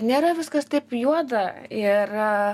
nėra viskas taip juoda ir